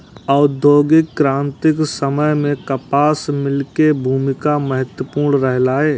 औद्योगिक क्रांतिक समय मे कपास मिल के भूमिका महत्वपूर्ण रहलै